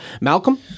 malcolm